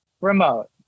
remote